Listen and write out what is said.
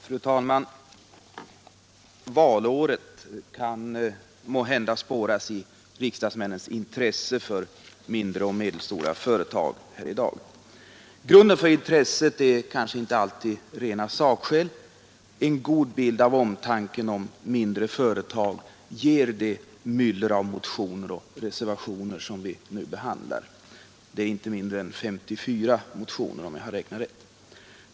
Fru talman! Valåret kan måhända spåras i riksdagsmännens intresse här i dag för mindre och medelstora företag. Grunden för intresset är kanske inte alltid rent saklig. En god bild av omtanken om mindre företag ger det myller av motioner och reservationer som vi nu behandlar. Det är inte mindre än 54 motioner, om jag har räknat rätt.